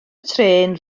trên